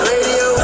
Radio